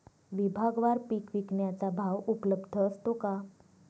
विभागवार पीक विकण्याचा भाव उपलब्ध असतो का?